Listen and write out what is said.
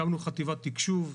הקמנו חטיבת תקשוב.